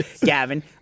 Gavin